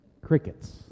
Crickets